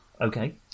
Okay